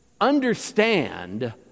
Understand